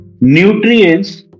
Nutrients